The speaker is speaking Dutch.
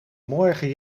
morgen